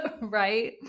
right